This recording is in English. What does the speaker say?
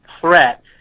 threat